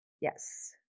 Yes